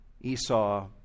Esau